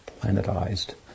planetized